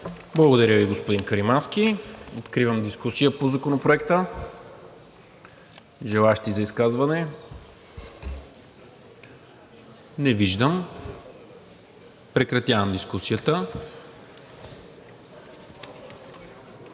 Благодаря Ви, господин Каримански. Откривам дискусия по Законопроекта. Желаещи за изказване? Не виждам. Прекратявам дискусията.